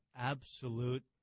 absolute